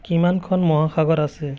কিমানখন মহাসাগৰ আছে